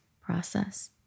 process